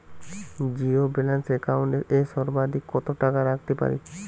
Zero balance account এ সর্বাধিক কত টাকা রাখতে পারি?